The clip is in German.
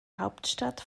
hauptstadt